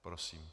Prosím.